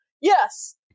yes